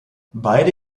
beide